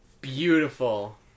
beautiful